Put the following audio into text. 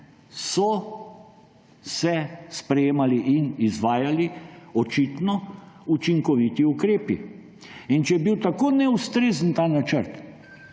so se sprejemali in izvajali očitno učinkoviti ukrepi. Če je bil tako neustrezen ta načrt,